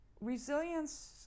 Resilience